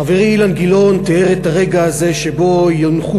חברי אילן גילאון תיאר את הרגע הזה שבו יונחו